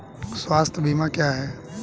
स्वास्थ्य बीमा क्या है?